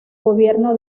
gobierno